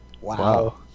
Wow